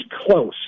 close